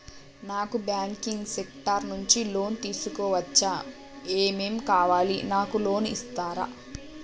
నాకు banking sector నుంచి loan తీసుకోవచ్చా? ఏమేం కావాలి? నాకు లోన్ ఇస్తారా?